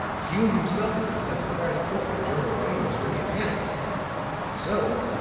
hume himself with his much prized portrait of general wayne was ready at hand and so,